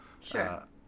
Sure